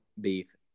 beef